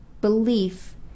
belief